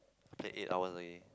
play eight hour leh